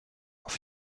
auf